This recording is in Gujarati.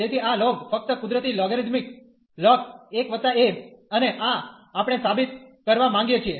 તેથી આ લોગ ફક્ત કુદરતી લોગરીધમિક log 1a અને આ આપણે સાબિત કરવા માગીએ છીએ